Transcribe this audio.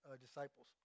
disciples